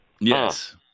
Yes